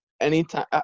anytime